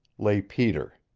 lay peter.